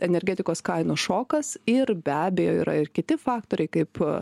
energetikos kainų šokas ir be abejo yra ir kiti faktoriai kaip